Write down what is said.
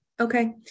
Okay